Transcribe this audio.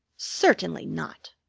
certainly not!